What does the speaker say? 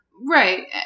Right